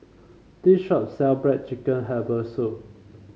this shop sell black chicken Herbal Soup